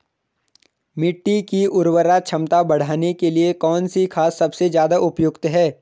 मिट्टी की उर्वरा क्षमता बढ़ाने के लिए कौन सी खाद सबसे ज़्यादा उपयुक्त है?